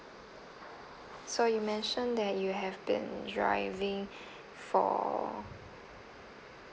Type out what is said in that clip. so you mentioned that you have been driving for